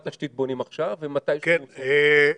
תשתית בונים עכשיו ומתי שהוא --- חן,